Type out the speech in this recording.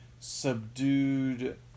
subdued